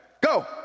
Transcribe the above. Go